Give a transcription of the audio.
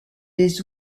des